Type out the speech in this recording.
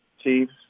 Chiefs